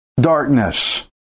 Darkness